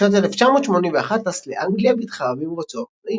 בשנת 1981 טס לאנגליה, והתחרה במרוצי אופנועים.